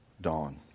dawn